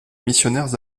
missionnaires